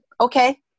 okay